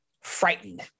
frightened